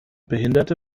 behinderte